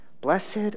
blessed